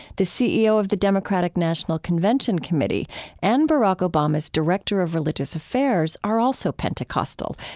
the ceo of the democratic national convention committee and barack obama's director of religious affairs are also pentecostal,